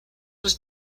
was